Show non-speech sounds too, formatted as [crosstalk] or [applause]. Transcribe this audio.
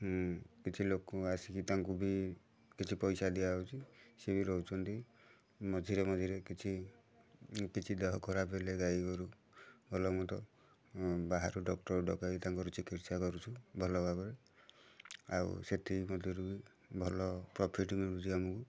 କିଛି ଲୋକ [unintelligible] ଆସିକି ତାଙ୍କୁ ବି କିଛି ପଇସା ଦିଆହେଉଛି ସେ ବି ରହୁଛନ୍ତି ମଝିରେ ମଝିରେ କିଛି କିଛି ଦେହ ଖରାପ ହେଲେ ଗାଈଗୋରୁ ଭଲମନ୍ଦ ବାହାରୁ ଡକ୍ଟର ଡକାଇ ତାଙ୍କର ଚିକିତ୍ସା କରୁଛୁ ଭଲ ଭାବରେ ଆଉ ସେଥିମଧ୍ୟରୁ ବି ଭଲ ପ୍ରଫିଟ୍ ବି ମିଳୁଛି ଆମକୁ